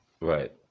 Right